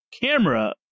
camera